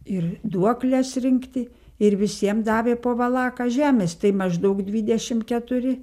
ir duokles rinkti ir visiem davė po valaką žemės tai maždaug dvidešim keturi